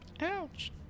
Ouch